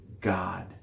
God